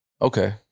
Okay